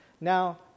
now